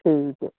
ਠੀਕ ਹੈ